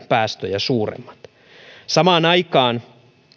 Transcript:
päästöjä suuremmat samaan aikaan